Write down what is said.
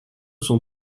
sont